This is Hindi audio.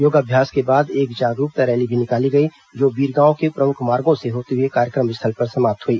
योगाभ्यास के बाद एक जागरूकता रैली निकाली गई जो बीरगांव के प्रमुख मार्गों से होते हुए कार्यक्रम स्थल पर समाप्त हुई